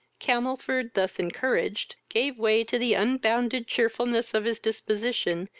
camelford, thus encouraged gave way to the unbounded cheerfulness of his disposition,